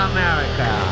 America